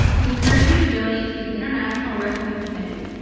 we encourage you to donate to the international rescue committee,